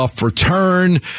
Return